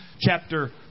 chapter